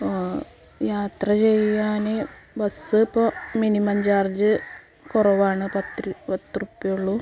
ഓ യാത്ര ചെയ്യുവാന് ബസ് ഇപ്പോൾ മിനിമം ചാർജ്ജ് കുറവാണ് പത്ത് രു പത്ത് റുപ്പിയെ ഉള്ളു